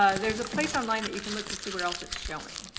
ah there's a place online that you can look to see where else it's showing.